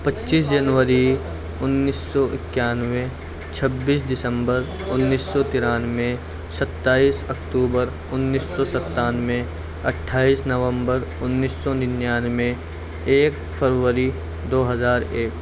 پچیس جنوری انیس سو اکیانوے چھبیس دسمبر انیس سو ترانوے ستائیس اکتوبر انیس سو ستانوے اٹھائیس نومبر انیس سو ننانوے ایک فروری دو ہزار ایک